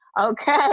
Okay